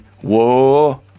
whoa